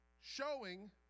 showing